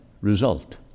result